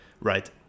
right